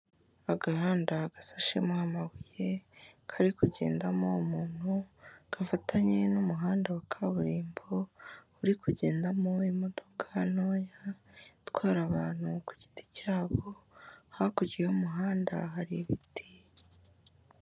Agahanda gasashemo amabuye, kari kugendamo umuntu, gafatanye n'umuhanda wa kaburimbo, uri kugendamo imodoka ntoya itwara abantu ku giti cyabo, hakurya y'umuhanda hari ibiti.